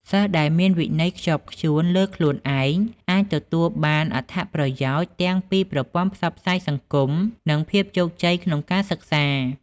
សិស្សដែលមានវិន័យខ្ជាប់ខ្ជួនលើខ្លួនឯងអាចទទួលបានអត្ថប្រយោជន៍ទាំងពីប្រព័ន្ធផ្សព្វផ្សាយសង្គម និងភាពជោគជ័យក្នុងការសិក្សា។